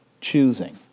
choosing